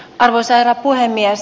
arvoisa herra puhemies